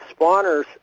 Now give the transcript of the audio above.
spawners